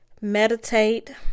meditate